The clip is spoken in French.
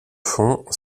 fond